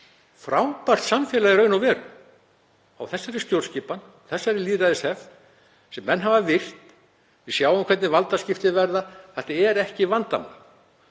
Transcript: frábært samfélag í raun og veru, á þessari stjórnskipan, þessari lýðræðishefð sem menn hafa virt. Við sjáum hvernig valdaskipti verða. Þetta er ekki vandamál.